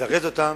לזרז אותם